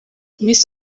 miss